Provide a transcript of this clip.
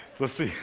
let's see.